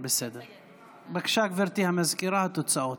בבקשה, גברתי המזכירה, התוצאות.